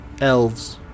elves